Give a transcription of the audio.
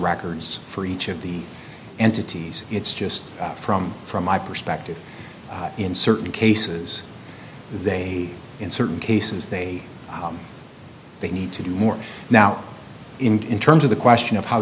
records for each of the entities it's just from from my perspective in certain cases they in certain cases they may need to do more now in terms of the question of how